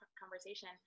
conversation